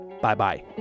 Bye-bye